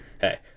hey